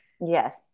Yes